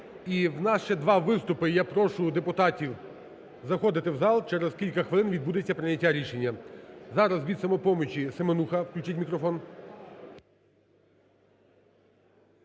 у нас ще два виступи. Я прошу депутатів заходити в зал, через кілька хвилин відбудеться прийняття рішення. Зараз від "Самопомочі" Семенуха. Включіть мікрофон.